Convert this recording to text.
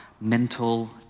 mental